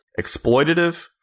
exploitative